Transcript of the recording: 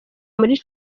muri